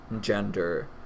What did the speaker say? gender